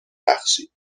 بخشید